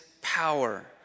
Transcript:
power